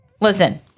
Listen